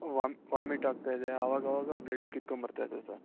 warm vomit ಆಗ್ತಾ ಇದೆ ಆವಾಗಾವಾಗ ಬ್ಲೆಡ್ಡು ಕಿತ್ಕೊಂಡ್ಬರ್ತಾ ಇದೆ ಸರ್